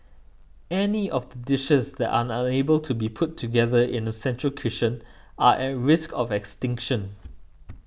any of the dishes that are unable to be put together in a central kitchen are at risk of extinction